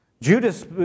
Judas